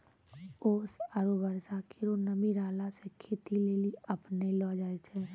ओस आरु बर्षा केरो नमी रहला सें खेती लेलि अपनैलो जाय छै?